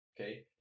Okay